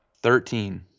Thirteen